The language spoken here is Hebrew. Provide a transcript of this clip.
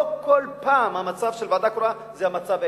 לא כל פעם המצב של ועדה קרואה זה המצב האידיאלי.